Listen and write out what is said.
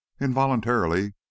Involuntarily